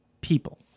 people